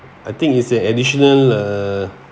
I think it's an additional uh